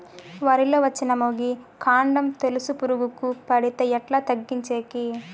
వరి లో వచ్చిన మొగి, కాండం తెలుసు పురుగుకు పడితే ఎట్లా తగ్గించేకి?